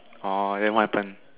orh then what happen